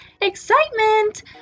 excitement